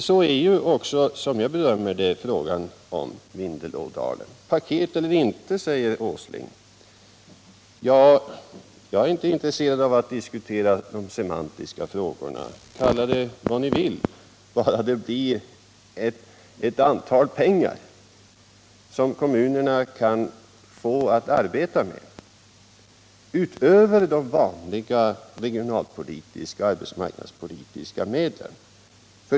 Så är det också —- som jag bedömer det — i fråga om Vindelådalen. Paket eller inte? frågar Åsling. Jag är inte intresserad av att diskutera de semantiska frågorna. Kalla det vad ni vill — bara det blir litet pengar som kommunerna kan få arbeta med utöver de vanliga regionalpolitiska och arbetsmarknadspolitiska medlen.